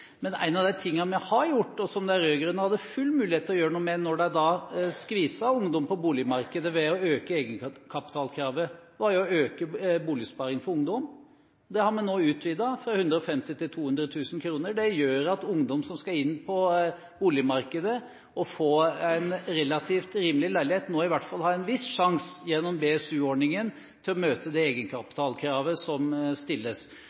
Men en av de tingene vi har gjort, og som de rød-grønne hadde full mulighet til å gjøre noe med da de skviset ungdom på boligmarkedet ved å øke egenkapitalkravet, var å øke grensene for boligsparing for ungdom. De er nå utvidet, fra 150 000 kr til 200 000 kr. Det gjør at ungdom som skal inn på boligmarkedet, og som er ute etter en relativt rimelig leilighet, nå i hvert fall har en viss sjanse – gjennom BSU-ordningen – til å møte det egenkapitalkravet som stilles.